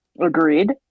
Agreed